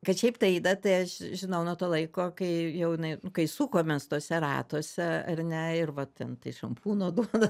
kad šiaip taidą tai aš žinau nuo to laiko kai jau nu kai sukomės tuose ratuose ar ne ir va ten tai šampūno duoda